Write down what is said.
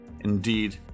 Indeed